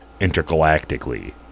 intergalactically